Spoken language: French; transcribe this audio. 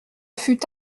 fut